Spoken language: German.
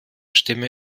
stimme